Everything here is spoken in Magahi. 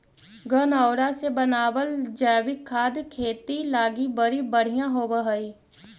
गनऔरा से बनाबल जैविक खाद खेती लागी बड़ी बढ़ियाँ होब हई